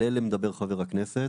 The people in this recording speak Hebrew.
על אלה מדבר חבר הכנסת.